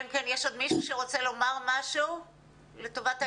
אלא אם כן יש עוד מישהו שרוצה לומר עוד משהו לטובת העניין.